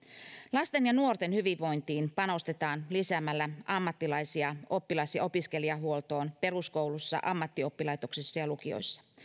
lasten ja nuorten hyvinvointiin panostetaan lisäämällä ammattilaisia oppilas ja opiskelijahuoltoon peruskoulussa ammattioppilaitoksissa ja lukioissa